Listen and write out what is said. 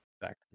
back